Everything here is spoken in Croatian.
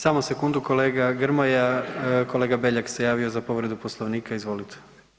Samo sekundu kolega Grmoja, kolega Beljak se javio za povredu Poslovnika, izvolite.